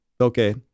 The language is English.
okay